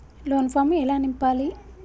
Loan form ఎలా నింపాలి?